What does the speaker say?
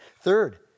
Third